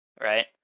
right